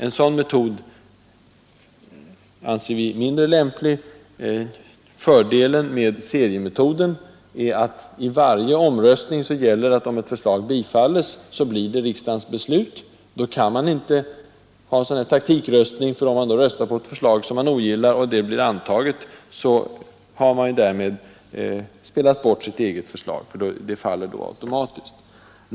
En sådan metod anser vi vara mindre lämplig Fördelen med seriemetoden är att vid varje omröstning gäller, att om ett förslag bifalles, så blir det riksdagens beslut. Då kan man inte ä na sig åt taktikröstning, för om man röstar på ett förslag som man ogillar och det blir antaget, har man ju därmed spelat bort sitt eget för faller automatiskt.